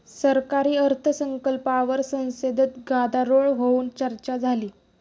सरकारी अर्थसंकल्पावर संसदेत गदारोळ होऊन चर्चा झाली